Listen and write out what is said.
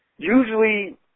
Usually